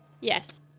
Yes